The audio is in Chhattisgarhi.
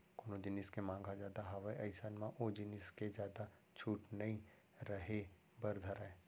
कोनो जिनिस के मांग ह जादा हावय अइसन म ओ जिनिस के जादा छूट नइ रहें बर धरय